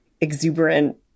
exuberant